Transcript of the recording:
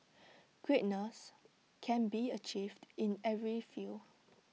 greatness can be achieved in every field